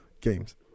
Games